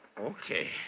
Okay